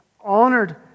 honored